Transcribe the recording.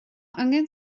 angen